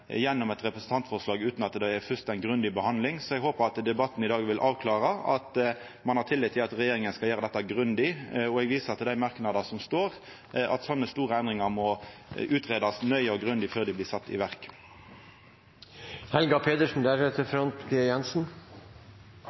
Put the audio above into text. gjennom eit representantforslag, utan at det fyrst får ei grundig behandling. Eg håpar at debatten i dag vil avklara at ein har tillit til at regjeringa skal gjera dette grundig, og eg viser til dei merknader som står om at slike store endringar må greiast ut nøye og grundig, før dei blir sette i